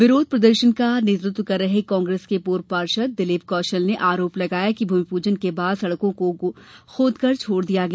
विरोध प्रदर्शन का नेतृत्व कर रहे कांग्रेस के पूर्व पार्षद दिलीप कौशल ने आरोप लगाया कि भूमि पूजन के बाद सड़को को खोद कर छोड़ दिया गया